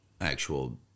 actual